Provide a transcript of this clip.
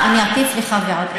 אני אטיף לך ועוד איך.